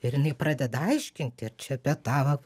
ir jinai pradeda aiškinti ir čia apie tą